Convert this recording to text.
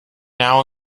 now